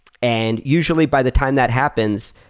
and usually, by the time that happens,